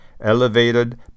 Elevated